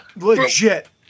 legit